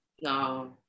No